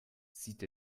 sieht